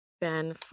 Ben